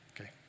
Okay